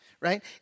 Right